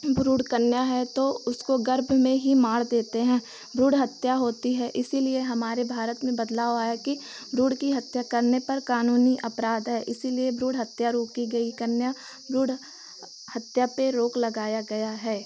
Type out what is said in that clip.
भ्रूण कन्या है तो उसको गर्भ में ही मार देते हैं भ्रूण हत्या होती है इसीलिए हमारे भारत में बदलाव आया कि भ्रूण की हत्या करने पर कानूनी अपराध है इसीलिए भ्रूण हत्या रोकी गई कन्या भ्रूण हत्या पर रोक लगाई गई है